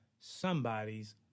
somebody's